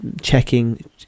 checking